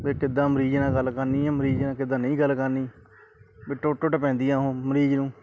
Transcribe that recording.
ਵੀ ਕਿੱਦਾਂ ਮਰੀਜ਼ ਨਾਲ ਗੱਲ ਕਰਨੀ ਆ ਮਰੀਜ਼ ਨਾਲ ਕਿੱਦਾਂ ਨਹੀਂ ਗੱਲ ਕਰਨੀ ਵੀ ਟੁੱਟ ਟੁੱਟ ਪੈਂਦੀਆਂ ਉਹ ਮਰੀਜ਼ ਨੂੰ